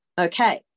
Okay